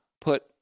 put